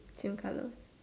same colour